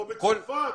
או עולה מצרפת.